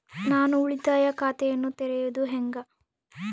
ನಾನು ಉಳಿತಾಯ ಖಾತೆಯನ್ನ ತೆರೆಯೋದು ಹೆಂಗ?